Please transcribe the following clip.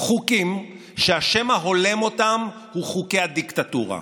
חוקים שהשם ההולם אותם הוא "חוקי הדיקטטורה"